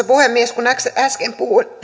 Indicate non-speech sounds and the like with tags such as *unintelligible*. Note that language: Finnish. *unintelligible* puhemies kun äsken puhuin